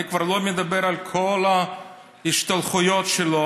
אני כבר לא מדבר על כל ההשתלחויות שלו,